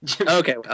Okay